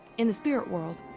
in the spirit world.